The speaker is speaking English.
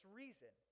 reason